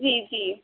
جی جی